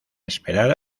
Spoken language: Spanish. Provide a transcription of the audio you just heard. esperar